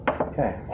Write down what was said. Okay